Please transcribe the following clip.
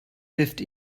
wirft